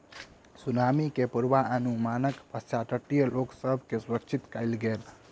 tsunami के पुर्वनुमानक पश्चात तटीय लोक सभ के सुरक्षित कयल गेल